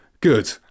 Good